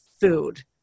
food